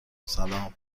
سلام